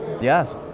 Yes